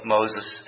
Moses